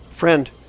Friend